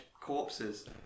corpses